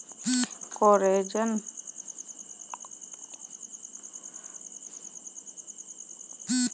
collagen एक परकार केरो विटामिन छिकै, जेकरा पचाना आसान होय छै